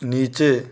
नीचे